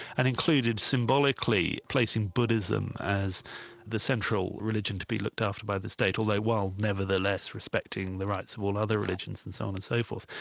and included symbolically placing buddhism as the central religion to be looked after by the state, although while nevertheless respecting the rights of all other religions and so on and so forth.